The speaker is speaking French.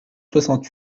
soixante